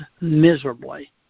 miserably